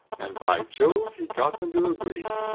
and, by jove! he got them to agree.